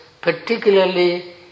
particularly